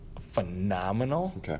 phenomenal